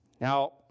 Now